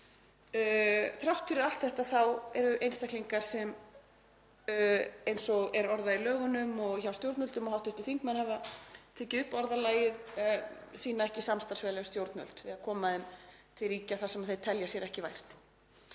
Þrátt fyrir allt þetta eru einstaklingar sem, eins og það er orðað í lögunum, hjá stjórnvöldum og hv. þingmönnum sem hafa tekið upp orðalagið, sýna ekki samstarfsvilja við stjórnvöld við að koma þeim til ríkja þar sem þeir telja sér ekki vært.